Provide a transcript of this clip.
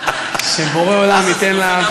שבורא עולם ייתן לך,